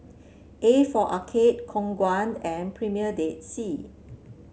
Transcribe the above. A for Arcade Khong Guan and Premier Dead Sea